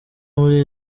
muri